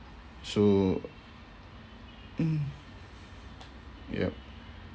so mm yup